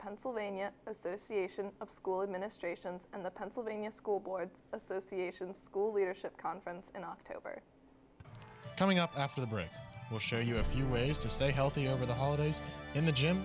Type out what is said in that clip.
pennsylvania association of school administrations and the pennsylvania school boards association school leadership conference in october coming up after the break we'll show you a few ways to stay healthy over the holidays in the gym